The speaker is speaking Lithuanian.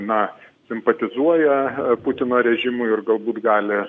na simpatizuoja putino režimui ir galbūt gali